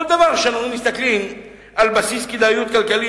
כל דבר שמסתכלים עליו על בסיס כדאיות כלכלית,